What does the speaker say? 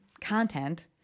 content